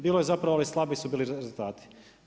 Bilo je zapravo ali slabio su bili rezultati.